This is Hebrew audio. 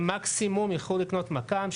הם מקסימום ילכו לקנות מק"מ,